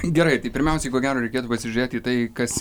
gerai tai pirmiausiai ko gero reikėtų pasižiūrėti į tai kas